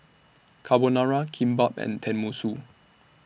Carbonara Kimbap and Tenmusu